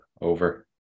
over